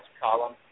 column